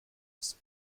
dizut